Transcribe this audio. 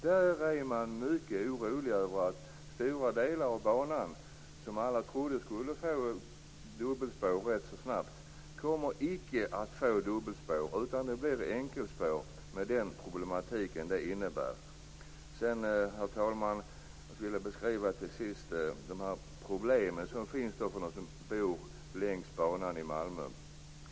Där är de mycket oroliga över att stora delar av banan, där alla trodde att det skulle bli dubbelspår, icke kommer att få dubbelspår. Det blir enkelspår - med de problem som det kommer att innebära. Herr talman! Jag vill beskriva de problem som finns för dem som bor längs banan i Malmö.